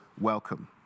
welcome